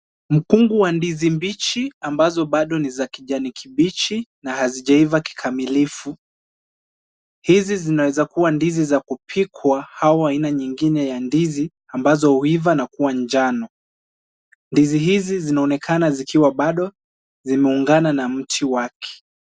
Mkungu wa ndizi bichi ambacho bado ni za kijani kibichi, na hazijaiva kikamilifu. Hizi zinaeza kuwa ndizi za kupikwa au aina nyingine ya ndizi, ambazo huiva na kuwa njano. Ndizi hizi zinaonekana zikiwa bado zimeungana na mti wake.